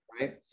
right